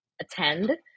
attend